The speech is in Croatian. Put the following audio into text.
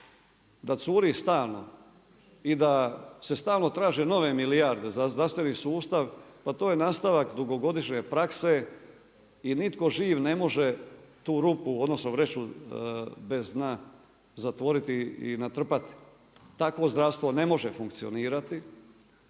da curi stalno i da se stalno traže nove milijarde za zdravstveni sustav pa to je nastavak dugogodišnje prakse i nitko živ ne može tu rupu, odnosno vreću bez dna zatvoriti i natrpati. Takvo zdravstvo ne može funkcionirati.